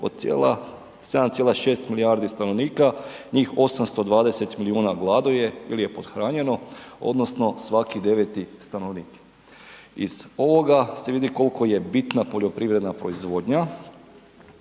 od 7,6 milijardi stanovnika njih 820 milijuna gladuje ili je pothranjeno odnosno svaki 9. stanovnik. Iz ovoga se vidi koliko je bitna poljoprivredna proizvodnja,